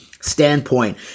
standpoint